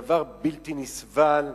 דבר בלתי נסבל.